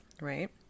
right